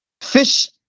fish